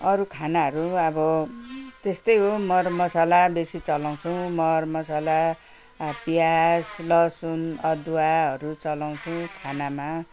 अरू खानाहरू अब त्यस्तै हो मरमसाला बेसी चलाउँछौँ मरमसाला प्याज लसुन अदुवाहरू चलाउँछौँ खानामा